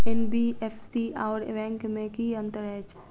NBFC आओर bank मे की अंतर अछि?